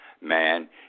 man